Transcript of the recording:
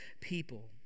people